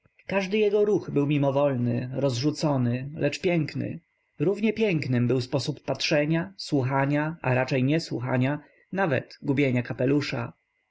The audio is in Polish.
każdy jego ruch był mimowolny rozrzucony lecz piękny równie pięknym był sposób patrzenia słuchania a raczej niesłuchania nawet gubienia kapelusza